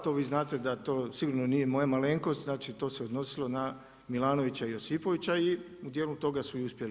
To vi znate, da to sigurno nije moja malenkost, znači, to se odnosilo na Milanovića i Josipovića i u dijelu toga su uspjeli.